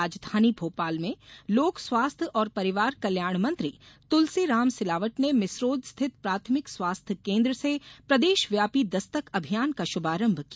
राजधानी भोपाल में लोक स्वास्थ्य और परिवार कल्याण मंत्री तुलसीराम सिलावट ने मिसरोद स्थित प्राथमिक स्वास्थ्य केन्द्र से प्रदेश व्यापी दस्तक अभियान का शुभारंभ किया